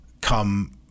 come